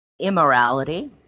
immorality